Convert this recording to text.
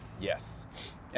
Yes